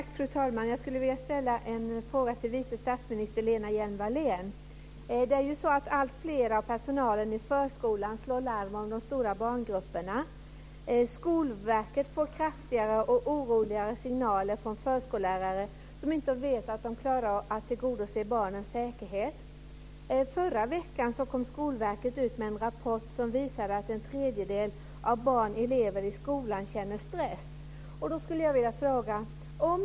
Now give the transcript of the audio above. Fru talman! Jag skulle vilja ställa en fråga till vice statsminister Lena Hjelm-Wallén. Det är ju så att alltfler i personalen i förskolan slår larm om de stora barngrupperna. Skolverket får kraftiga och oroliga signaler från förskollärare som inte vet om de klarar att tillgodose barnens säkerhet. Förra veckan kom Skolverket ut med en rapport som visar att en tredjedel av eleverna i skolan känner stress. Då skulle jag vilja ställa en fråga.